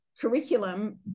curriculum